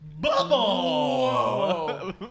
Bubble